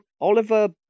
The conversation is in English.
Oliver